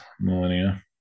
millennia